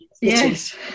Yes